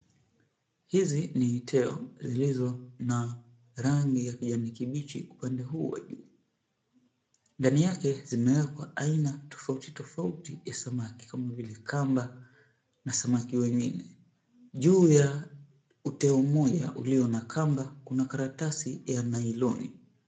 Hizi ni teo zilizo na rangi ya kijani kibichi upande huu wa juu. Ndani yake zimewekwa aina tofauti tofauti ya samaki kama vile kamba na samaki wengine. Juu ya uteo ulio na kamba kuna karatasi ya nailoni.